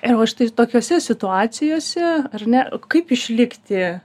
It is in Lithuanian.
ir va štai tokiose situacijose ar ne kaip išlikti